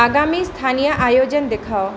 आगामी स्थानीय आयोजन देखाउ